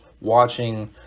watching